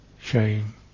shame